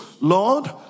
Lord